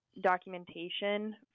documentation